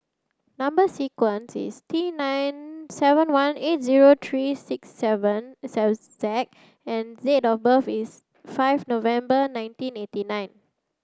number sequence is T nine seven one eight zero three six seven Z and date of birth is five November nineteen eighty nine